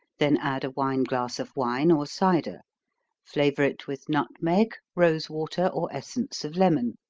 then add a wine glass of wine, or cider flavor it with nutmeg, rose-water, or essence of lemon.